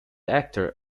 actor